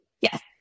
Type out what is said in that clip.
Yes